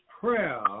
prayer